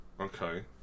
okay